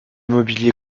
mobilier